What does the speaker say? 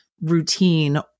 routine